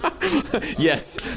Yes